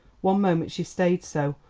one moment she stayed so,